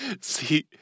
see